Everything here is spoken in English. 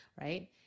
right